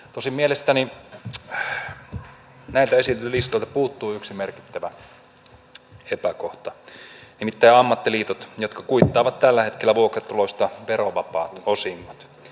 tosin mielestäni näiltä esityslistoilta puuttuu yksi merkittävä epäkohta nimittäin ammattiliitot jotka tällä hetkellä kuittaavat vuokratuloista verovapaat osingot